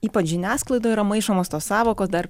ypač žiniasklaidoj yra maišomos tos sąvokos dar